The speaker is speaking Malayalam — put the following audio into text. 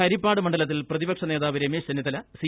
ഹരിപ്പാട് മണ്ഡലത്തിൽ പ്രതിപക്ഷ നേതാവ് രമേശ് ചെന്നിത്തല് സി